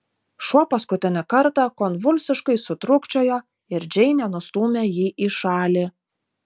šuo paskutinį kartą konvulsiškai sutrūkčiojo ir džeinė nustūmė jį į šalį